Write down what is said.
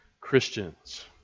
Christians